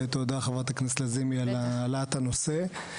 תודה חברת הכנסת לזימי על העלאת הנושא.